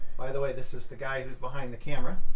by the way, this is the guy who's behind the camera.